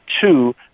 two